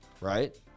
right